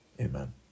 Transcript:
amen